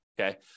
Okay